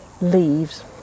leaves